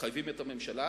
מחייבים את הממשלה